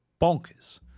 bonkers